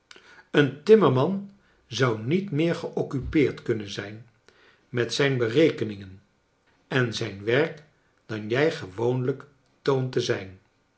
een timmerman sou niet meer geoccupeerd kunnen zijn met zijn berekeningen en zijn werk dan jij gewoonlijk toont te zijn